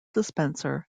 dispenser